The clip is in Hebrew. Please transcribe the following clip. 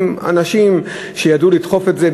עם אנשים שידעו לדחוף את זה,